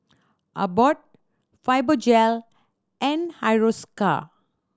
Abbott Fibogel and Hiruscar